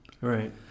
Right